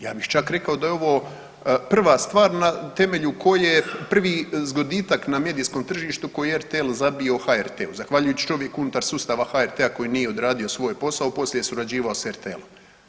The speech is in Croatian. Ja bih čak rekao da je ovo prva stvar na temelju koje prvi zgoditak na medijskom tržištu koji je RTL zabio HRT-u, zahvaljujući čovjeku unutar sustava HRT-a koji nije odradio svoj posao, poslije surađivao sa RTL-om.